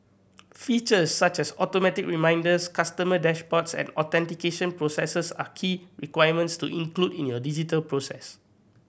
features such as automated reminders customer dashboards and authentication processes are key requirements to include in your digital process